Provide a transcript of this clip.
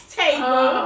table